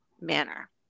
manner